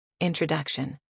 Introduction